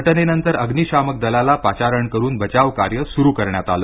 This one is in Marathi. घटनेनंतर अग्निशामक दलाला पाचारण करून बचावकार्य सुरू करण्यात आल